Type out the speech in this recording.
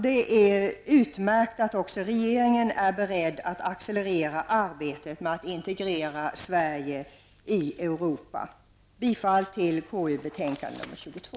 Det är utmärkt att också regeringen är beredd att accelerera arbetet med att integrera Jag yrkar bifall till hemställan i konstitutionsutskottets betänkande nr 22.